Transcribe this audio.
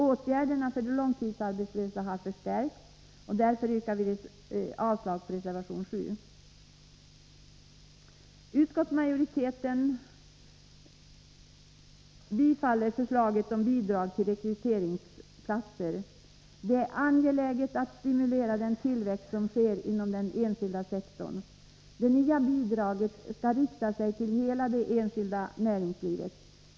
Åtgärderna för de långtidsarbetslösa har förstärkts. Jag yrkar därför avslag på reservation nr 7. Utskottsmajoriteten tillstyrker förslaget om bidrag till rekryteringsplatser. Det är angeläget att stimulera den tillväxt som sker inom den enskilda sektorn. Det nya bidraget skall rikta sig till hela det enskilda näringslivet.